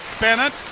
Bennett